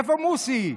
איפה מוסי?